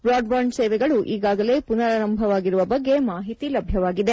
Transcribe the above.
broadband ಸೇವೆಗಳು ಈಗಾಗಲೇ ಪುನರಾರಂಭವಾಗಿರುವ ಮಾಹಿತಿ ಲಭ್ಯವಾಗಿದೆ